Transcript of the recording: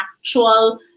actual